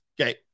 okay